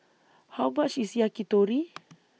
How much IS Yakitori